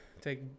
Take